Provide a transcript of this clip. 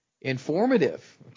Informative